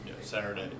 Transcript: Saturday –